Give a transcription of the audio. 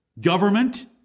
government